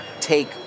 take